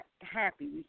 happy